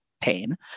pain